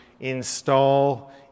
install